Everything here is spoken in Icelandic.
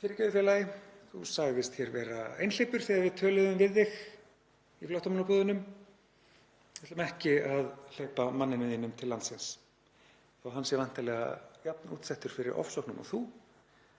fyrirgefðu félagi, þú sagðist vera einhleypur þegar við töluðum við þig í flóttamannabúðunum og við ætlum ekki að hleypa manninn þínum inn til landsins þó að hann sé væntanlega jafn útsettur fyrir ofsóknum og þú